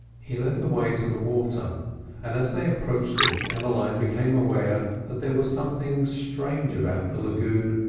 he led the way to the water and as they approached it emmeline became aware that there was something strange about the lagoon.